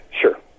sure